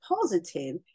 positive